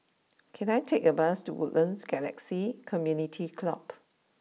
can I take a bus to Woodlands Galaxy Community Club